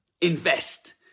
invest